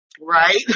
right